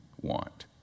want